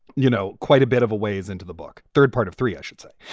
you know, quite a bit of a ways into the book. third part of three, i should say.